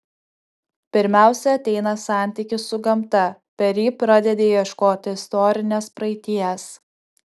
pirmiausia ateina santykis su gamta per jį pradedi ieškoti istorinės praeities